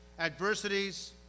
adversities